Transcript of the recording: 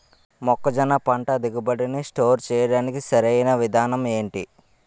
మొక్కజొన్న పంట దిగుబడి నీ స్టోర్ చేయడానికి సరియైన విధానం ఎంటి?